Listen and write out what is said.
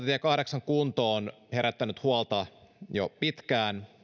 kahdeksan kunto on herättänyt huolta jo pitkään